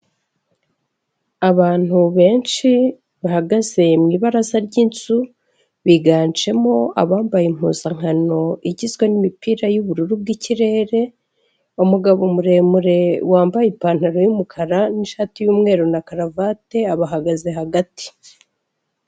Abantu benshi bahagaze mu ibaraza ry'inzu biganjemo abambaye impuzankano igizwe n'imipira y'ubururu bw'ikirere, umugabo muremure wambaye ipantaro y'umukara n'ishati y'umweru na karuvati abahagaze hagati.